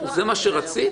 זה מה שרצית?